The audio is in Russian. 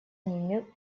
ними